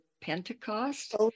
Pentecost